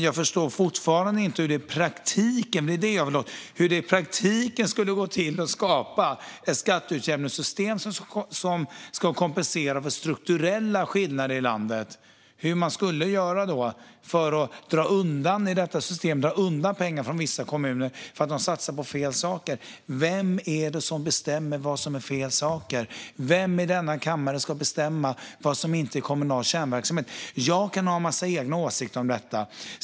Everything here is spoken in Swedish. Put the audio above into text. Jag förstår fortfarande inte hur det i praktiken - det är det jag vill åt - skulle gå till att skapa ett skatteutjämningssystem som kompenserar för strukturella skillnader i landet för att dra undan pengar från vissa kommuner på grund av att de satsar på fel saker. Vem bestämmer vad som är fel saker? Vem i denna kammare ska bestämma vad som inte är kommunal kärnverksamhet? Jag kan ha en massa egna åsikter om detta.